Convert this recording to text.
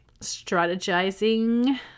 strategizing